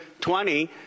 20